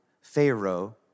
Pharaoh